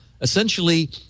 Essentially